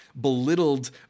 belittled